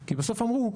כי בסוף אמרו,